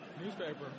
newspaper